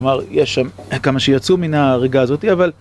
כלומר, יש שם כמה שיצאו מן ההריגה הזאתי, אבל...